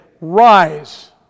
Rise